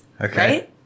okay